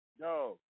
yo